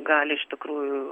gali iš tikrųjų